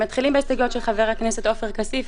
מתחילים בהסתייגויות של חבר הכנסת עופר כסיף.